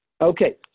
Okay